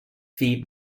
feed